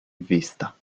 vista